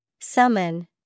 Summon